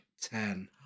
ten